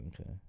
okay